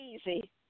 easy